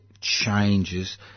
changes